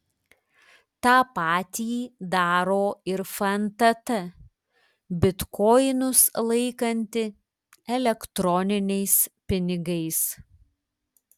tą patį daro ir fntt bitkoinus laikanti elektroniniais pinigais